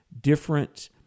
different